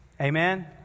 amen